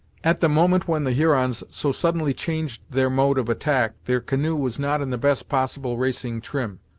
at the moment when the hurons so suddenly changed their mode of attack their canoe was not in the best possible racing trim.